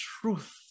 truth